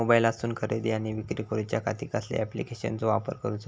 मोबाईलातसून खरेदी आणि विक्री करूच्या खाती कसल्या ॲप्लिकेशनाचो वापर करूचो?